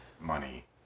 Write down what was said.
money